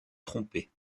tromper